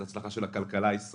היא הצלחה של הכלכלה הישראלית.